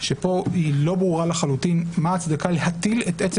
שפה לא ברור לחלוטין מה ההצדקה להטיל את עצם